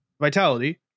Vitality